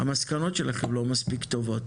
המסקנות שלכם לא מספיק טובות